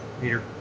Peter